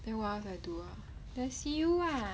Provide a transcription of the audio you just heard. then what else I do ah then I see you ah